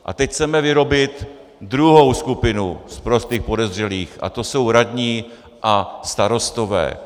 A teď chceme vyrobit druhou skupinu sprostých podezřelých a to jsou radní a starostové.